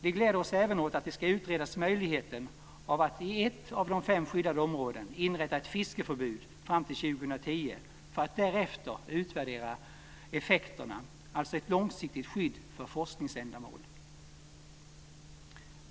Vi gläder oss även åt att man ska utreda möjligheten att i ett av de fem skyddade områdena inrätta ett fiskeförbud fram till 2010 för att därefter utvärdera skyddets effekter - alltså ett långsiktigt skydd för forskningsändamål.